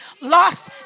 lost